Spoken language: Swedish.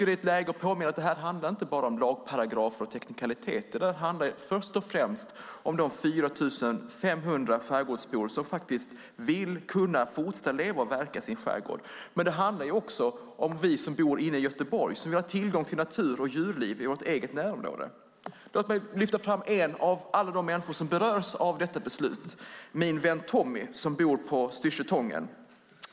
Det är läge att påminna om att det här inte bara handlar om lagparagrafer och teknikaliteter utan först och främst om de 4 500 skärgårdsbor som faktiskt vill kunna fortsätta leva och verka i sin skärgård. Det handlar också om oss som bor inne i Göteborg och som vill ha tillgång till natur och djurliv i vårt eget närområde. Låt mig lyfta fram en av alla de människor som berörs av detta beslut, min vän Tommy som bor på Styrsö Tången.